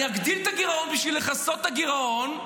אני אגדיל את הגירעון בשביל לכסות את הגירעון.